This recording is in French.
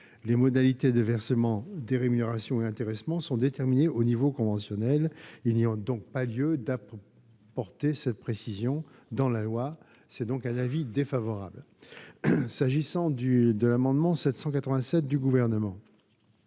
les modalités de versement des rémunérations et de l'intéressement sont déterminées au niveau conventionnel. Il n'y a donc pas lieu d'apporter cette précision dans la loi. C'est pourquoi la commission émet un avis défavorable. S'agissant de l'amendement n° 787 du Gouvernement,